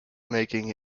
making